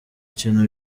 kintu